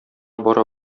бара